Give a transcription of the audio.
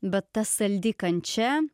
bet ta saldi kančia